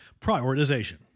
Prioritization